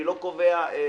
אני לא קובע מסמרות,